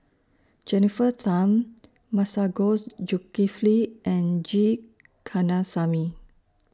Jennifer Tham Masagos Zulkifli and G Kandasamy